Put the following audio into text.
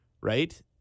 right